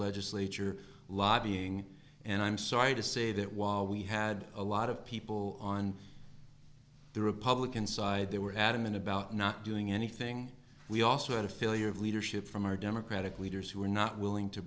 legislature lobbying and i'm sorry to say that while we had a lot of people on the republican side they were adamant about not doing anything we also had a failure of leadership from our democratic leaders who were not willing to